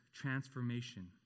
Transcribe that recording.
transformation